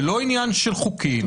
זה לא עניין של חוקים,